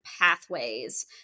pathways